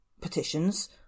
petitions